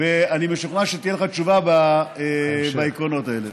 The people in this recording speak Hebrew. ואני משוכנע שתהיה לך תשובה בעקרונות האלה.